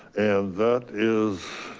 and that is,